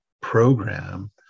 program